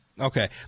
Okay